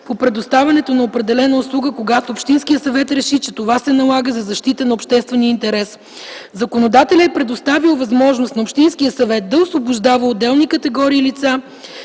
по предоставянето на определена услуга, когато общинският съвет реши, че това се налага за защита на обществения интерес. Законодателят е предоставил възможност на общинския съвет да освобождава отделни категории лица